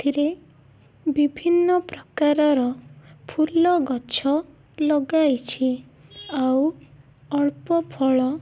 ସେଥିରେ ବିଭିନ୍ନ ପ୍ରକାରର ଫୁଲ ଗଛ ଲଗାଇଛି ଆଉ ଅଳ୍ପ ଫଳ